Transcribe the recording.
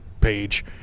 page